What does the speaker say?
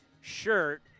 shirt